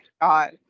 god